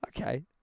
Okay